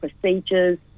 procedures